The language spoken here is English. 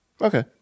Okay